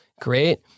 great